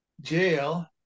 jail